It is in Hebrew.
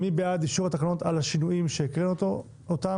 מי בעד אישור התקנות על השינויים שהקראנו אותם,